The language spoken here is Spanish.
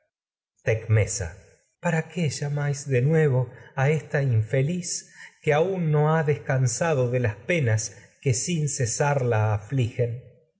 tecmesa para qué llamáis de nuevo a esta infe liz que aún no ha descansado sar de las penas que sin ce la afligen